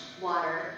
water